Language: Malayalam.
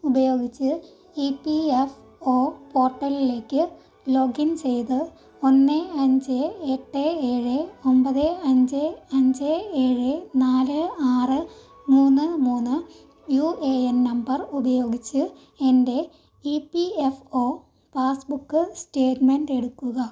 ഉപയോഗിച്ച് ഇ പി എഫ് ഓ പോർട്ടലിലേക്ക് ലോഗിൻ ചെയ്തു ഒന്ന് അഞ്ച് എട്ട് ഏഴ് ഒമ്പത് അഞ്ച് അഞ്ച് ഏഴ് നാല് ആറ് മൂന്ന് മൂന്ന് യൂ എ എൻ നമ്പർ ഉപയോഗിച്ച് എൻ്റെ E P F O passbook statement എടുക്കുക